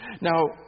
Now